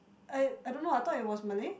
I I don't know I thought it was Malay